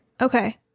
Okay